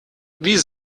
wie